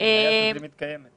הבעיה התזרימית קיימת.